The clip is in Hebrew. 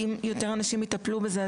אם יותר אנשים יטפלו בזה,